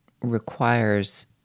requires